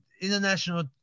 international